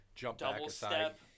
double-step